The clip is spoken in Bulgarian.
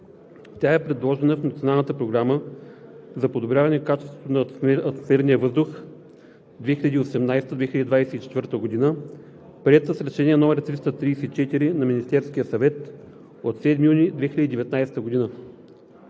Тя е предложена в Националната програма за подобряване качеството на атмосферния въздух 2018 – 2024 г., приета с Решение № 334 на Министерския съвет от 7 юни 2019 г.